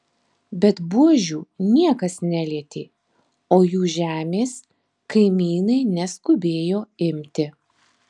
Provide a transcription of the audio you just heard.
bet buožių niekas nelietė o jų žemės kaimynai neskubėjo imti